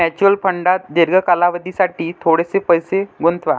mutual फंडात दीर्घ कालावधीसाठी थोडेसे पैसे गुंतवा